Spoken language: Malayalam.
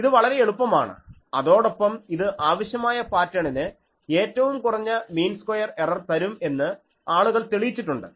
ഇത് വളരെ എളുപ്പമാണ് അതോടൊപ്പം ഇത് ആവശ്യമായ പാറ്റേണിന് ഏറ്റവും കുറഞ്ഞ മീൻ സ്ക്വയർ എറർ തരും എന്ന് ആളുകൾ തെളിയിച്ചിട്ടുണ്ട്